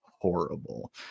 horrible